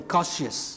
Cautious